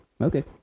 Okay